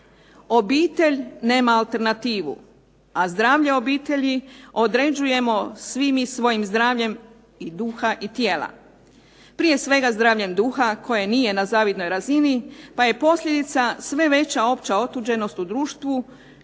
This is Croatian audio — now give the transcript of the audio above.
Obitelj nema alternativu, a zdravlje obitelji određujemo svi mi svojim zdravljem i duha i tijela. Prije svega zdravljem duha koje nije na zavidnoj razini pa je posljedica sve veća opća otuđenost u društvu,